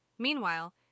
Meanwhile